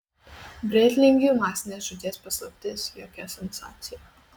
brėtlingių masinės žūties paslaptis jokia sensacija